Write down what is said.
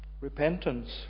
Repentance